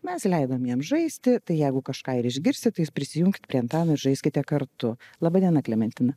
mes leidom jam žaisti tai jeigu kažką ir išgirst tai prisijungt prie antano ir žaiskite kartu laba diena klementina